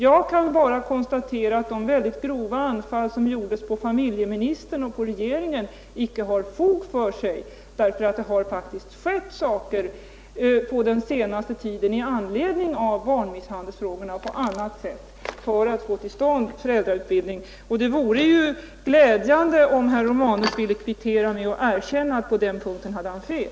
Jag kan bara konstatera att de mycket grova angrepp som gjordes på familjeministern och på regeringen icke har fog för sig; det har faktiskt skett saker på senaste tiden med anledning av barnmisshandelsfrågorna för att få till stånd föräldrautbildning. Det vore glädjande om herr Romanus ville kvittera med att erkänna att han på den punkten hade fel.